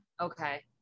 Okay